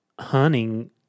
hunting –